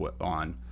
on